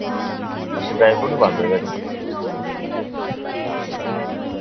अच्छा dry fruit बी पांदे उदे च